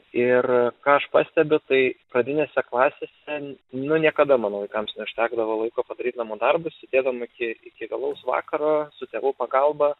ir ką aš pastebiu tai pradinėse klasėse nu niekada mano vaikams neužtekdavo laiko padaryt namų darbus sėdėdavom iki iki vėlaus vakaro su tėvų pagalba